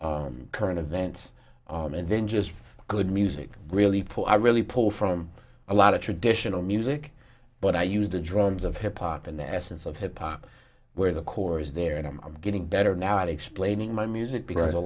current events and then just good music really pull i really pull from a lot of traditional music but i used the drums of hip hop and the essence of hip hop where the core is there and i'm getting better now at explaining my music